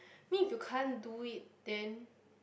mean if you can't do it then